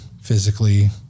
physically